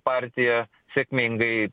partija sėkmingai